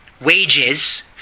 wages